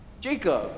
Jacob